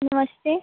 ਨਮਸਤੇ